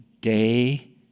day